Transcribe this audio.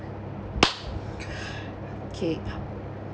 okay